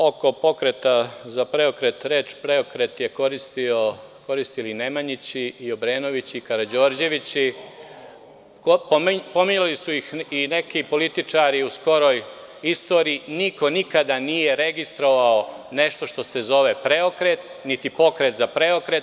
Oko Pokreta za PREOKRET, reč „preokret“ su koristili Nemanjići i Obrenovići, Karađorđevići, pominjali su ih i neki političari u skoroj istoriji, niko nikada nije registrovao nešto što se zove – preokret, niti pokret za preokret.